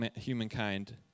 humankind